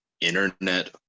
internet